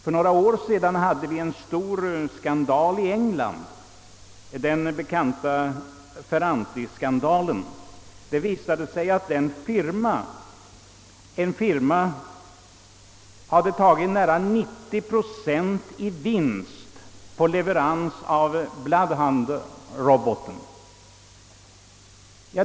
För några år sedan ägde en stor skandal rum i England, den bekanta Ferrantiskandalen, varvid det visade sig att en firma hade tagt nästan 90 procent i vinst på leverans av bloodhound-roboten.